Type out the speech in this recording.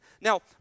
Now